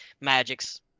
magic's